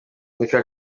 reba